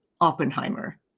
Oppenheimer